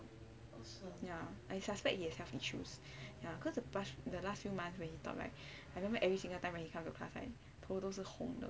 ya I suspect he has health issues ya cause the past few months the last few months when he taught right I remember every single time when he come to class right 头都是红的